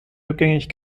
rückgängig